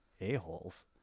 a-holes